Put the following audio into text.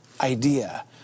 idea